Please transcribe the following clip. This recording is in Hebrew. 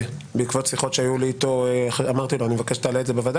בעקבות שיחות שהיו לי איתו אמרתי שאני מבקש שיעלה את זה בוועדה